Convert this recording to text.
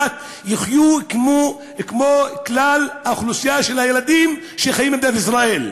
יחיו כמו כלל אוכלוסיית הילדים שחיים במדינת ישראל.